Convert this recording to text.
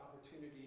opportunity